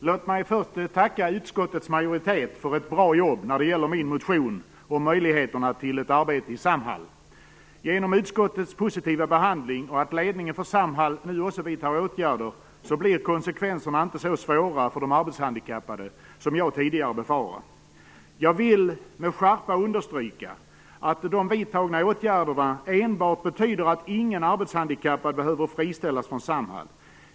Herr talman! Låt mig först tacka utskottets majoritet för ett bra jobb när det gäller min motion om möjligheterna till ett arbete i Samhall. Genom utskottets positiva behandling och genom att ledningen för Samhall nu också vidtar åtgärder blir konsekvenserna inte så svåra för de arbetshandikappade som jag tidigare befarade. Jag vill med skärpa understryka att de vidtagna åtgärderna enbart betyder att ingen arbetshandikappad behöver friställas från Samhall.